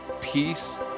peace